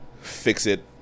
fix-it